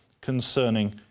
concerning